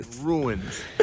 ruins